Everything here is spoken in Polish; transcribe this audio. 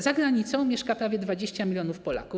Za granicą mieszka prawie 20 mln Polaków.